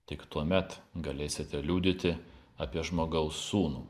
tik tuomet galėsite liudyti apie žmogaus sūnų